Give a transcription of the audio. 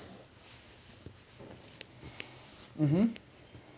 (uh huh)